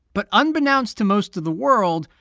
but unbeknownst to most of the world,